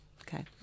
Okay